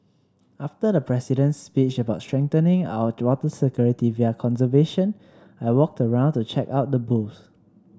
after the President's speech about strengthening our water security via conservation I walked around to check out the booths